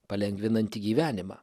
palengvinanti gyvenimą